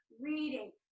reading